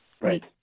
Right